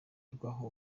rw’aho